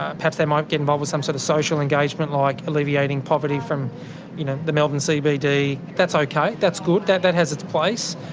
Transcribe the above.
ah perhaps they might get involved with some sort of social engagement like alleviating poverty from you know the melbourne cbd. that's okay, that's good, that that has its place,